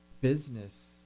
business